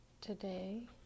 today